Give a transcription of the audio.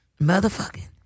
Motherfucking